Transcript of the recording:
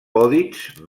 més